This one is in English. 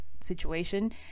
situation